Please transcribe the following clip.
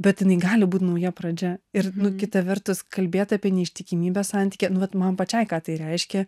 bet jinai gali būti nauja pradžia ir kita vertus kalbėt apie neištikimybę santykyje nu vat man pačiai ką tai reiškia